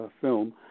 film